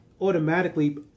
automatically